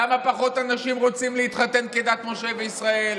למה פחות אנשים רוצים להתחתן כדת משה וישראל,